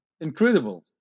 incredible